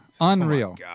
Unreal